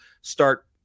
start